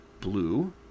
blue